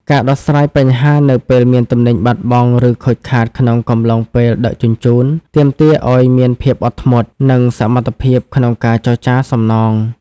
ការដោះស្រាយបញ្ហានៅពេលមានទំនិញបាត់បង់ ឬខូចខាតក្នុងកំឡុងពេលដឹកជញ្ជូន ទាមទារឱ្យមានភាពអត់ធ្មត់ និងសមត្ថភាពក្នុងការចរចាសំណង។